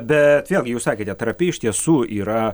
bet vėlgi jūs sakėte trapi iš tiesų yra